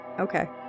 Okay